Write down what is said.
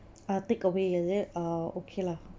uh takeaway is it ah okay lah